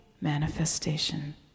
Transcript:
manifestation